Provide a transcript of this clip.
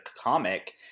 comic